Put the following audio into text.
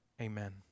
amen